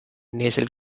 nasal